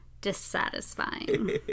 dissatisfying